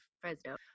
Fresno